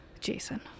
Jason